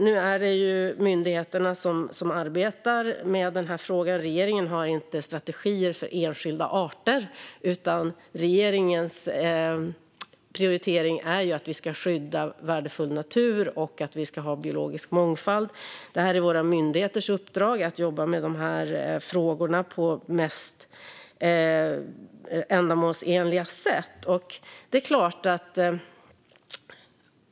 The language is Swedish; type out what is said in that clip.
Nu är det myndigheterna som arbetar med den här frågan. Regeringen har inte strategier för enskilda arter. Regeringens prioritering är att vi ska skydda värdefull natur och att vi ska ha biologisk mångfald. Det är våra myndigheters uppdrag att jobba med de här frågorna på det mest ändamålsenliga sättet.